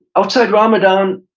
outside ramadan,